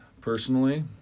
personally